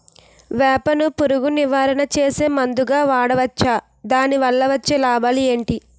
వేప ను పురుగు నివారణ చేసే మందుగా వాడవచ్చా? దాని వల్ల వచ్చే లాభాలు ఏంటి?